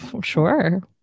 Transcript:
Sure